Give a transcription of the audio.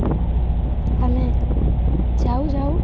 ଆମେ ଯାଉ ଯାଉ